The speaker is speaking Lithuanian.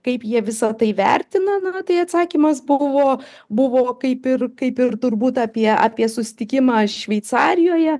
kaip jie visa tai vertina na tai atsakymas buvo buvo kaip ir kaip ir turbūt apie apie susitikimą šveicarijoje